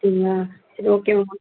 அப்படிங்ளா சரி ஓகே